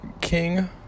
king